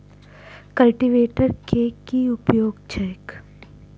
Cultivator केँ की उपयोग छैक?